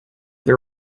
they